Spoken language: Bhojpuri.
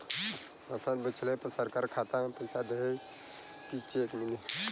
फसल बेंचले पर सरकार खाता में पैसा देही की चेक मिली?